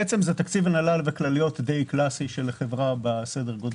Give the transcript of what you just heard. בעצם זה תקציב הנהלה וכלליות די קלאסי של חברה בסדר הגודל שלנו.